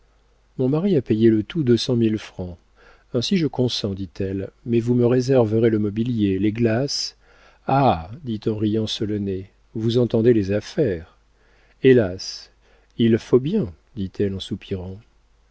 mon mari a payé le tout deux cent mille francs ainsi je consens dit-elle mais vous me réserverez le mobilier les glaces ah dit en riant solonet vous entendez les affaires hélas il faut bien dit-elle en soupirant